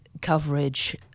coverage